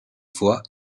voix